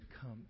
come